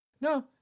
no